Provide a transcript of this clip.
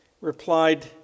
replied